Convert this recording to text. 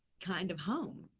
kind of home.